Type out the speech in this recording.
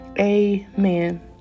amen